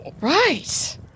Right